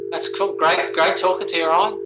that's cool. great great talking to you, ryan.